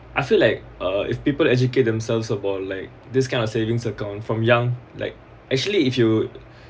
I feel like uh if people educate themselves about like this kind of savings account from young like actually if you